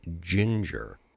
ginger